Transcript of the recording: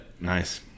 nice